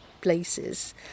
places